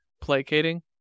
Placating